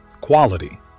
quality